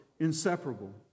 inseparable